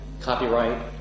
copyright